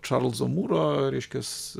čarlzo mūro reiškias